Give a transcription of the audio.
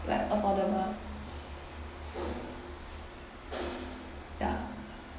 like off on the month ya